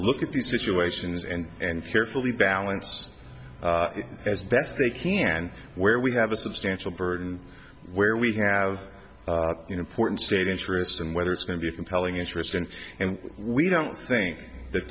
look at these situations and and carefully balance as best they can where we have a substantial burden where we have important state interests and whether it's going to be a compelling interest and and we don't think that